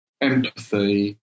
empathy